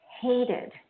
hated